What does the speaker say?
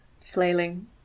Flailing